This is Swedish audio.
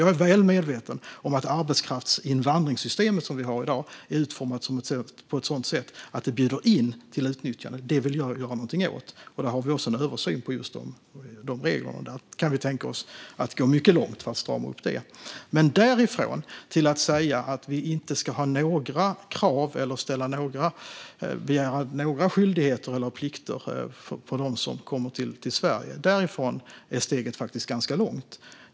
Jag är väl medveten om att arbetskraftsinvandringssystemet vi har i dag är utformat på ett sådant sätt att det bjuder in till utnyttjande. Det vill jag göra något åt, och vi gör också en översyn av just de reglerna. Vi kan tänka oss att gå mycket långt för att strama upp det. Men därifrån till att säga att vi inte ska ställa några krav på människor som kommer till Sverige och att de inte ska ha några skyldigheter eller plikter är steget ganska långt.